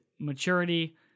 maturity